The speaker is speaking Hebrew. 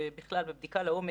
בספירה בסעיף 2